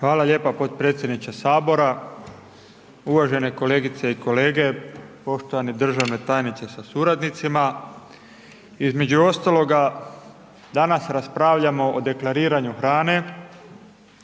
Hvala lijepo potpredsjedniče Sabora, uvažene kolegice i kolege, poštovane državna tajnice sa suradnicima, između ostaloga, danas raspravljamo o deklariranju hrane,